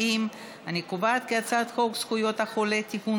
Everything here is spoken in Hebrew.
את הצעת חוק זכויות החולה (תיקון,